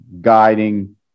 guiding